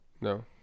no